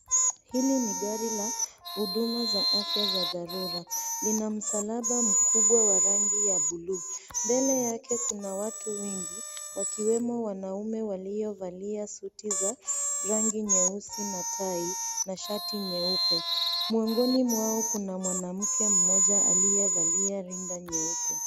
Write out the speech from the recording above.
Hili ni gari la huduma za afya za dharura. Lina msalaba mkubwa wa rangi ya bluu. Mbele yake kuna watu wengi, wakiwemo wanaume waliovalia suti za rangi nyeusi na tai na shati nyeupe. Miongoni mwao kuna mwanamke mmoja aliyevalia rinda nyeupe.